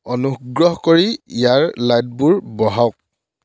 অনুগ্ৰহ কৰি ইয়াৰ লাইটবোৰ বঢ়াওক